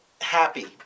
happy